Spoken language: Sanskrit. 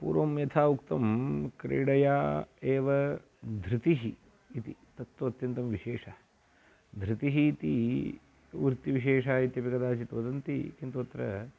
पूर्वं यथा उक्तं क्रीडया एव धृतिः इति तत्तु अत्यन्तं विशेषः धृतिः इति वृत्तिविशेषः इत्यपि कदाचित् वदन्ति किन्तु अत्र